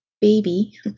baby